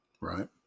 Right